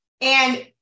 And-